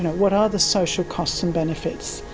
what are the social costs and benefits,